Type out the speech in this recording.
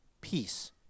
peace